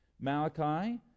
Malachi